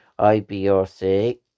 IBRC